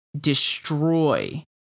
destroy